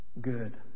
good